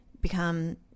become